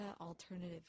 Alternative